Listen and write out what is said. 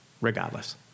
regardless